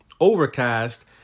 Overcast